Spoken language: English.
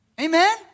Amen